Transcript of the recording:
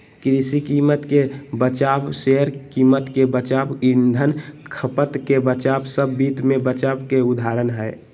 कृषि कीमत के बचाव, शेयर कीमत के बचाव, ईंधन खपत के बचाव सब वित्त मे बचाव के उदाहरण हय